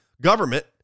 government